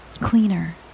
cleaner